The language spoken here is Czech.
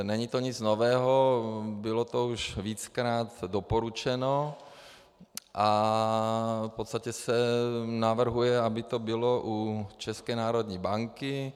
Není to nic nového, bylo to už víckrát doporučeno a v podstatě se navrhuje, aby to bylo u České národní banky.